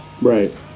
right